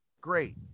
Great